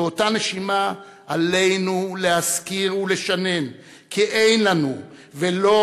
באותה נשימה עלינו להזכיר ולשנן כי אין לנו ולא